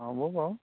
হ'ব বাৰু